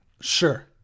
sure